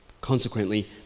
Consequently